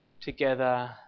together